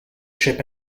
ship